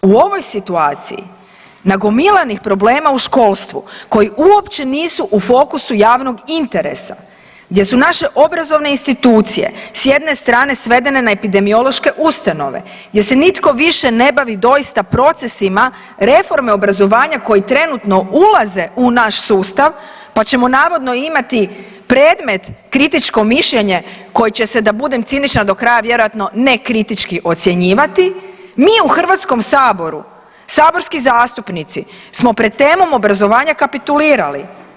U ovoj situaciji nagomilanih problema u školstvu koji uopće nisu u fokusu javnog interesa, gdje su naše obrazovne institucije, s jedne strane svedene na epidemiološke ustanove, gdje se nitko više ne bavi doista procesima reforme obrazovanja koji trenutno ulaze u naš sustav, pa ćemo navodno imati predmet kritičko mišljenje koje će se, da budem cinična do kraja, vjerojatno nekritički ocjenjivati, mi u HS-u, saborski zastupnici smo pred temom obrazovanja kapitulirali.